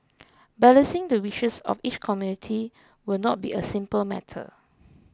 balancing the wishes of each community will not be a simple matter